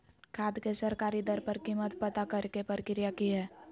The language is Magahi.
खाद के सरकारी दर पर कीमत पता करे के प्रक्रिया की हय?